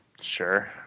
Sure